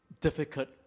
difficult